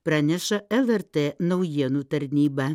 praneša lrt naujienų tarnyba